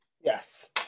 Yes